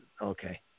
Okay